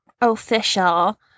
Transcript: official